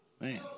Man